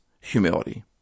humility